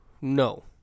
No